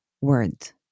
words